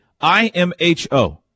I-M-H-O